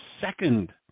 second